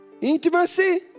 Intimacy